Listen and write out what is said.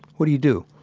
what do you do?